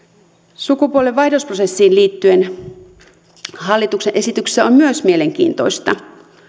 sukupuolenvaihdosprosessiin liittyen hallituksen esityksessä on mielenkiintoista myös